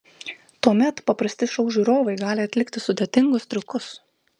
tuomet paprasti šou žiūrovai gali atlikti sudėtingus triukus